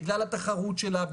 בגלל התחרות שלה,